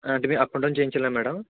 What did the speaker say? అంటే మేము up and down చేయించాలా మేడం